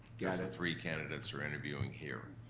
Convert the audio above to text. yeah cause three candidates are interviewing here.